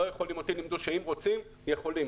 לא יכולים אותי לימדו שאם רוצים יכולים.